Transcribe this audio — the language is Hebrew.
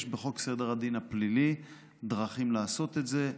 יש בחוק סדר הדין הפלילי דרכים לעשות את זה.